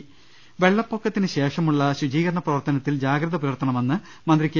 ൃ വെള്ളപ്പൊക്കത്തിന് ശേഷമുള്ള ശുചീകരണ പ്രവർത്തനത്തിൽ ജാഗ്രത പുലർത്തണമെന്ന് മന്ത്രി കെ